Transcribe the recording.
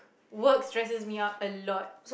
work stresses me out a lot